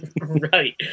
Right